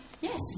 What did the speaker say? yes